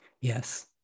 Yes